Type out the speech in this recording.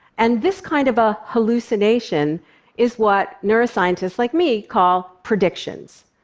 and this kind of a hallucination is what neuroscientists like me call predictions.